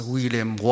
William